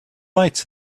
lights